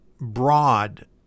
broad